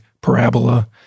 parabola